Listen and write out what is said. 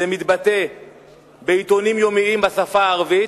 זה מתבטא בעיתונים יומיים בשפה הערבית,